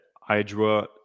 Hydra